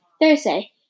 Thursday